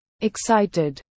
Excited